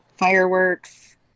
Fireworks